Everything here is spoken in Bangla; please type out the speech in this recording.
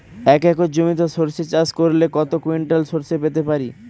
এক একর জমিতে সর্ষে চাষ করলে কত কুইন্টাল সরষে পেতে পারি?